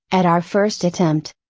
at our first attempt.